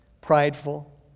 prideful